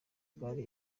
gare